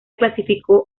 clasificó